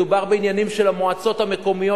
מדובר בעניינים של המועצות המקומיות,